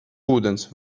ūdens